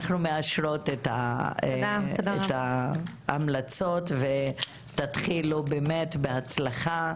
אנחנו מאשרות את ההמלצות ותתחילו באמת בהצלחה.